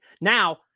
Now